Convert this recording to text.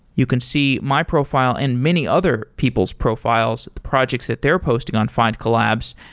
you can see my profile and many other people's profiles, projects that they're posting on findcollabs,